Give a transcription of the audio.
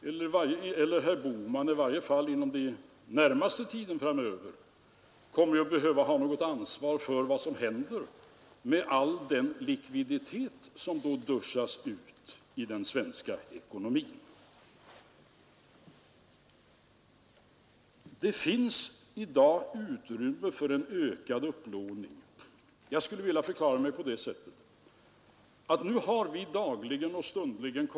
Tre slakterier med styckningscentraler skall bort, och sju charkuterifabriker, två konservfabriker och en destruktionsanläggning går samma väg. Man gör en vinst på 23,8 miljoner på den här jättelika fusioneringen.